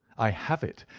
i have it!